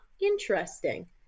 interesting